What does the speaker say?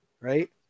right